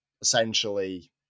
Essentially